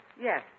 Yes